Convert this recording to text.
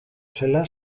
zela